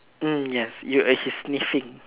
mm yes you uh he's sniffing